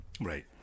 Right